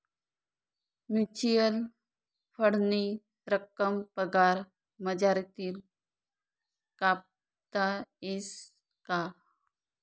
Mutual फंडनी रक्कम पगार मझारतीन कापता येस का?